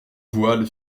voile